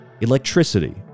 electricity